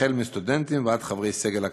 החל מסטודנטים ועד חברי סגל אקדמי.